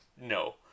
No